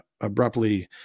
abruptly